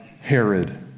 Herod